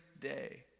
day